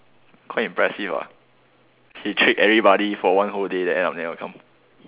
quite impressive ah he trick everybody for one whole day then end up never come